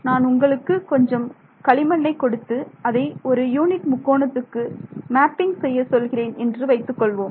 நான் உங்களுக்கு கொஞ்சம் களிமண்ணை கொடுத்து அதை ஒரு யூனிட் முக்கோணத்துக்கு மேப்பிங் செய்ய சொல்கிறேன் என்று வைத்துக்கொள்வோம்